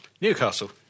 Newcastle